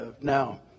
Now